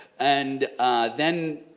and then